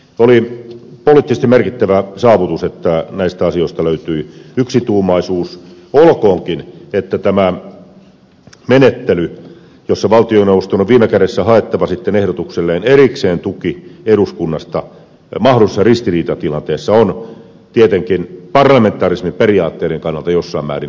oli poliittisesti merkittävä saavutus että näistä asioista löytyi yksituumaisuus olkoonkin että tämä menettely jossa valtioneuvoston on viime kädessä haettava sitten ehdotukselleen erikseen tuki eduskunnasta mahdollisessa ristiriitatilanteessa on tietenkin parlamentarismin periaatteiden kannalta jossain määrin erityislaatuinen